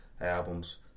albums